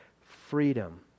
freedom